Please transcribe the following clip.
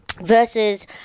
versus